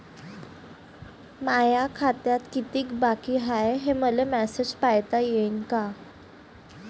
माया खात्यात कितीक बाकी हाय, हे मले मेसेजन पायता येईन का?